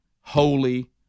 holy